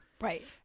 right